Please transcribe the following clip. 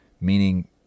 Meaning